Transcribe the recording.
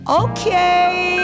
okay